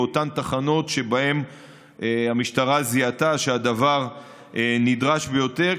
באותן תחנות שבהן המשטרה זיהתה שהדבר נדרש ביותר,